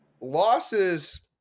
losses